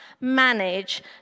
manage